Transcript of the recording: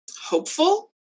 hopeful